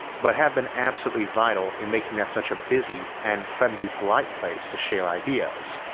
but have been absolutely vital in making that such a busy and friendly polite place to share ideas.